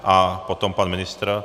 A potom pan ministr.